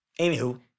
Anywho